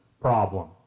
problem